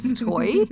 toy